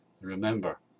Remember